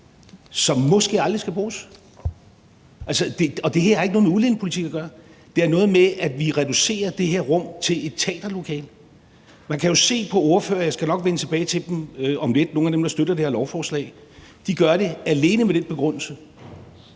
som måske aldrig skal bruges. Og det her har ikke noget med udlændingepolitik at gøre; det har noget at gøre med, at vi reducerer det her rum til et teaterlokale. Man kan jo se på ordførerne – og jeg skal nok vende tilbage til dem om lidt, altså nogle af dem, der støtter det her lovforslag – at de alene gør det med den begrundelse,